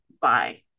bye